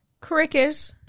Cricket